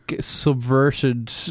subverted